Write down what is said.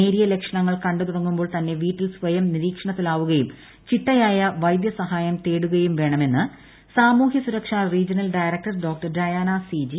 നേരിയ ലക്ഷണങ്ങൾ കണ്ടു തുടങ്ങുമ്പോൾ തന്നെ വീട്ടിൽ സ്വയം നിരീക്ഷണത്തിലാവുകയും ചിട്ടയായ വൈദ്യസഹായം തേടുകയും വേണമെന്ന് സാമൂഹൃ സുരക്ഷ റീജണൽ ഡയറക്ടർ ഡോ ഡയാനാ സി ജി